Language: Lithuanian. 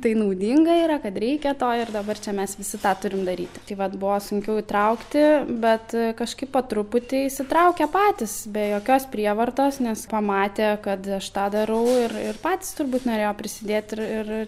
tai naudinga yra kad reikia to ir dabar čia mes visi tą turim daryti tai vat buvo sunkiau įtraukti bet kažkaip po truputį įsitraukė patys be jokios prievartos nes pamatė kad aš tą darau ir ir patys turbūt norėjo prisidėt ir ir